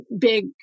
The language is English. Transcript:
big